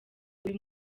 uyu